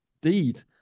deed